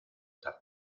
tarde